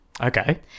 Okay